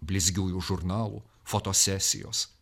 blizgiųjų žurnalų fotosesijos